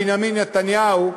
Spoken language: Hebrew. בנימין נתניהו,